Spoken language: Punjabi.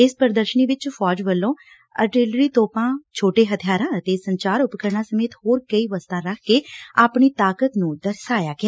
ਇਸ ਪੁਦਰਸ਼ਨੀ ਵਿਚ ਫੌਜ ਵਲੋਂ ਅਰਟਿਲਰੀ ਤੌਪਾਂ ਛੋਟੇ ਹਬਿਆਰਾਂ ਅਤੇ ਸੰਚਾਰ ਉਪਕਰਣਾਂ ਸਮੇਤ ਹੋਰ ਕਈ ਵਸਤਾਂ ਰੱਖ ਕੇ ਆਪਣੀ ਤਾਕਤ ਨੰ ਦਰਸਾਇਆ ਗਿਆ